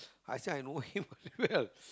I said I know him very well